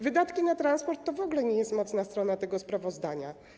Wydatki na transport to w ogóle nie jest mocna strona tego sprawozdania.